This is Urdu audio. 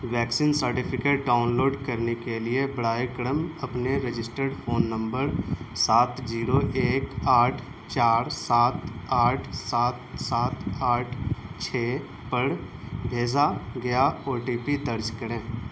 ویکسین سرٹیفکیٹ ڈاؤن لوڈ کرنے کے لیے براہ کرم اپنے رجسٹرڈ فون نمبڑ سات جیرو ایک آٹھ چار سات آٹھ سات سات آٹھ چھ پر بھیجا گیا او ٹی پی درج کریں